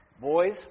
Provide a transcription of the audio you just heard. Boys